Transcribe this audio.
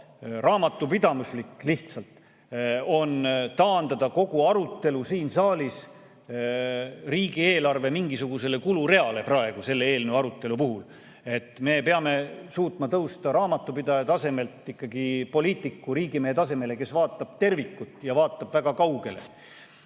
raamatupidamislik on taandada praegu kogu arutelu siin saalis riigieelarve mingisugusele kulureale selle eelnõu arutelu puhul. Me peame suutma tõusta raamatupidaja tasemelt ikkagi poliitiku, riigimehe tasemele, kes vaatab tervikut ja vaatab väga kaugele.